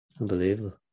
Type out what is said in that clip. Unbelievable